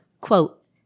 quote